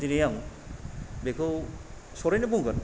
दिनै आं बेखौ सरथैनो बुंगोन